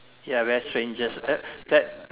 ya very strangest that that